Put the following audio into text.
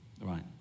Right